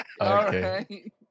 Okay